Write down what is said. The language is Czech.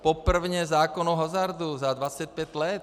Poprvé zákon o hazardu za 25 let!